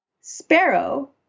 Sparrow